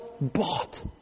bought